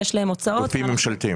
זה הוצאות הפרטה.